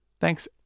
thanks